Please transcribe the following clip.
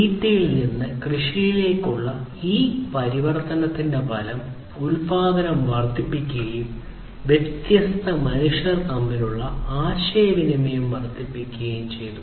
തീറ്റയിൽ നിന്ന് കൃഷിയിലേക്കുള്ള ഈ പരിവർത്തനത്തിന്റെ ഫലം ഉത്പാദനം വർദ്ധിപ്പിക്കുകയും വ്യത്യസ്ത മനുഷ്യർ തമ്മിലുള്ള ആശയവിനിമയം വർദ്ധിക്കുകയും ചെയ്തു